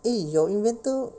eh 有 inventor